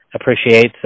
appreciate